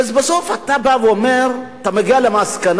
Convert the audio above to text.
ובסוף אתה בא ואומר, אתה מגיע למסקנה,